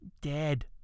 dead